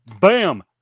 bam